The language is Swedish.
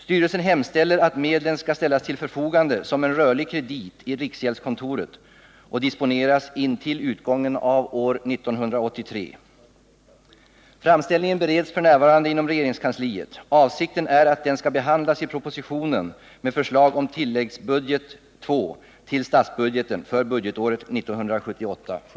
Styrelsen hemställer att medlen skall ställas till förfogande som en rörlig kredit i riksgäldskontoret och disponeras intill utgången av år 1983. Framställningen bereds f. n. inom regeringskansliet. Avsikten är att den skall behandlas i propositionen med förslag om tilläggsbudget II till statsbudgeten för budgetåret 1978/79.